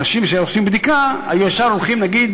אנשים שעושים בדיקה היו ישר הולכים נגיד